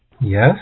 Yes